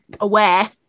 aware